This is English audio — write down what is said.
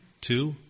Two